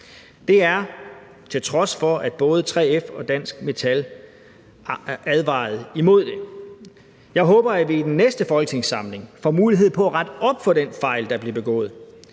de, til trods for at både 3F og Dansk Metal har advaret imod det. Jeg håber, at vi i den næste folketingssamling får mulighed for at rette op på den fejl, der blev begået.